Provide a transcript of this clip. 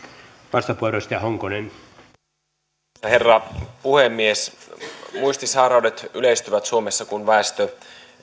arvoisa herra puhemies muistisairaudet yleistyvät suomessa kun väestö